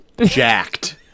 Jacked